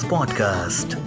Podcast